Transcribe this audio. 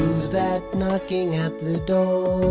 who's that knocking at the door?